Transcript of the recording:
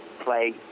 play